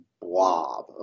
blob